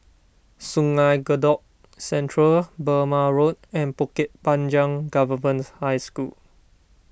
Sungei Kadut Central Burmah Road and Bukit Panjang Government High School